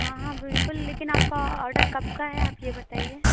हाँ हाँ बिल्कुल लेकिन आपका ऑर्डर कब का है आप यह बताइए